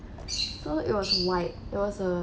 so it was white it was a